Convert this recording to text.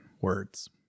words